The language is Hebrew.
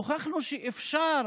הוכחנו שאפשר,